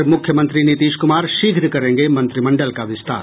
और मुख्यमंत्री नीतीश कुमार शीघ्र करेंगे मंत्रिमंडल का विस्तार